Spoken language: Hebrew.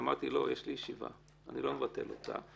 אמרתי לו יש לי ישיבה, אני לא מבטל אותה.